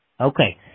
Okay